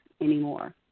anymore